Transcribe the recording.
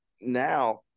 now